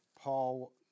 Paul